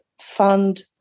fund